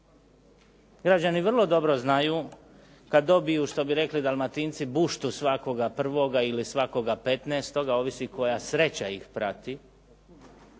Građani vrlo dobro znaju kad dobiju što bi rekli Dalmatinci svakoga prvoga ili svakoga petnaestoga, ovisi koja sreća ih prati,